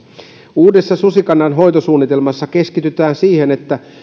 uudessa susikannan hoitosuunnitelmassa keskitytään siihen että